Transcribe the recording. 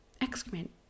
excrement